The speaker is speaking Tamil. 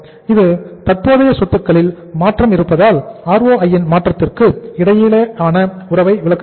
இது தற்போதைய சொத்துக்களில் மாற்றம் இருப்பதால் ROI ன் மாற்றத்திற்கு இடையிலான உறவை விளக்குகிறது